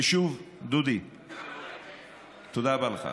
ושוב, דודי, תודה רבה לך.